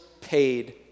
paid